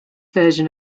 version